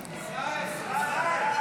נצביע כעת על הסתייגות 78. הצבעה.